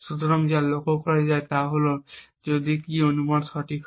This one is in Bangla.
সুতরাং যা লক্ষ্য করা যায় তা হল যে যদি কী অনুমানটি সঠিক হয়